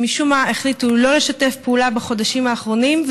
שמשום מה החליטו לא לשתף פעולה בחודשים האחרונים.